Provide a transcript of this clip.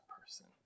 person